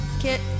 Kit